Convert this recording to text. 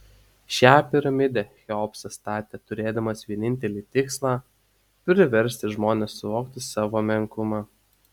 šią piramidę cheopsas statė turėdamas vienintelį tikslą priversti žmones suvokti savo menkumą